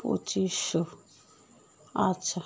পঁচিশশো আচ্ছা